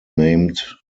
named